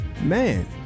man